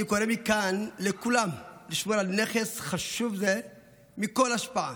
אני קורא מכאן לכולם לשמור על נכס חשוב זה מכל השפעה